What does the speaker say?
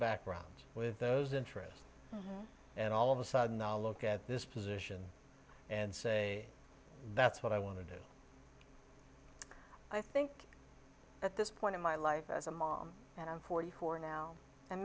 backgrounds with those interests and all of a sudden now look at this position and say that's what i want to do i think at this point in my life as a mom and i'm forty four now and